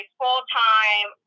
full-time